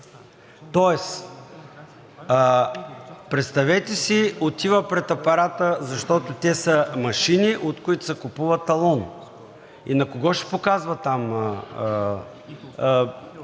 тоест представете си: отива пред апарата, защото те са машини, от които се купува талон, и на кого ще показва там